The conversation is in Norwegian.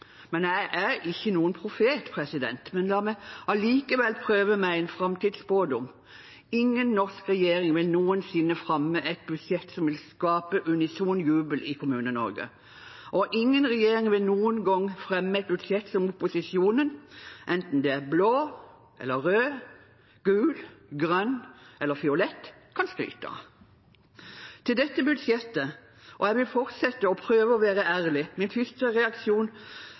men jeg er ikke noen profet. La meg allikevel prøve meg på en framtidsspådom: Ingen norsk regjering vil noensinne fremme et budsjett som vil skape unison jubel i Kommune-Norge, og ingen regjering vil noen gang fremme et budsjett som opposisjonen, enten den er blå, rød, gul, grønn eller fiolett, kan skryte av. Til dette budsjettet var – og jeg vil fortsette å prøve å være ærlig – min første reaksjon